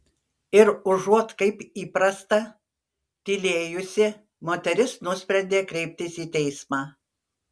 ir užuot kaip įprasta tylėjusi moteris nusprendė kreiptis į teismą